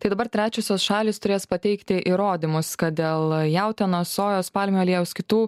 tai dabar trečiosios šalys turės pateikti įrodymus kad dėl jautienos sojos palmių aliejaus kitų